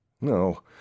No